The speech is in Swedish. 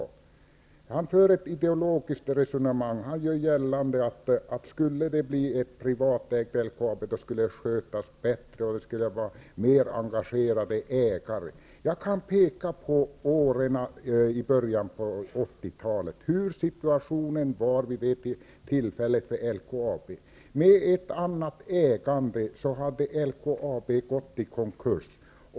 Olle Lindström för ett ideologiskt resonemang och gör gällande att ett privatägt LKAB skulle skötas bättre. Det skulle vara fråga om mer engagerade ägare. Jag vill peka på situationen för LKAB i början av 80-talet. Med ett annat ägande skulle LKAB ha gått i konkurs.